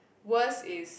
worst is